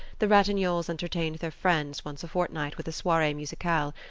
the ratignolles entertained their friends once a fortnight with a soiree musicale,